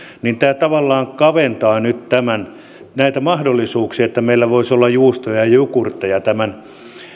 niin tämä tavallaan kaventaa nyt näitä mahdollisuuksia että meillä voisi olla juustoja ja ja jukurtteja tämän